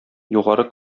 югары